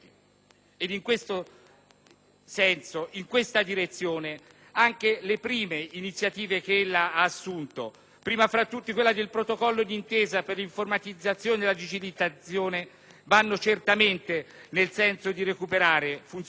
In questo senso e in questa direzione anche le prime iniziative che lei ha assunto, prima fra tutte quella del Protocollo di intesa per l'informatizzazione e la digitalizzazione, vanno certamente nel senso di recuperare funzionalità ed efficienza.